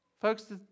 Folks